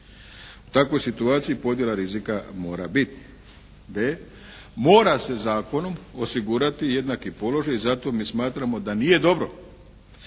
U takvoj situaciji podjela rizika mora biti. d) Mora se zakonom osigurati jednaki položaj i zato mi smatramo da nije dobro